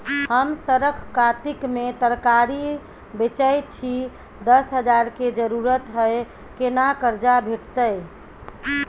हम सरक कातिक में तरकारी बेचै छी, दस हजार के जरूरत हय केना कर्जा भेटतै?